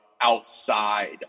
outside